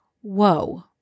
whoa